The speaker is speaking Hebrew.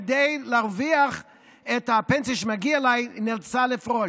כדי להרוויח את הפנסיה שמגיעה לה היא נאלצה לפרוש.